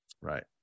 right